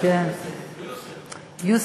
יוּסף.